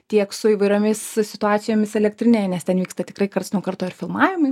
tiek su įvairiomis situacijomis elektrinėje nes ten vyksta tikrai karts nuo karto ir filmavimai